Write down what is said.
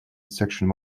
section